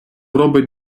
робить